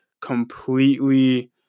completely